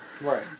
Right